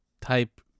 type